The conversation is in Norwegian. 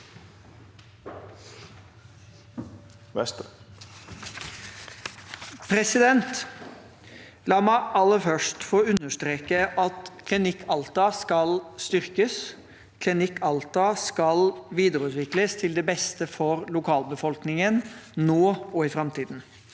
La meg al- ler først få understreke at Klinikk Alta skal styrkes. Klinikk Alta skal videreutvikles til beste for lokalbefolkningen nå og i framtiden.